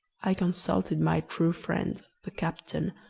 i consulted my true friend, the captain,